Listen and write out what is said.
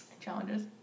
challenges